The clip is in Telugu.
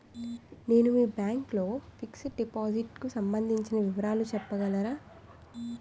నేను మీ బ్యాంక్ లో ఫిక్సడ్ డెపోసిట్ కు సంబందించిన వివరాలు చెప్పగలరా?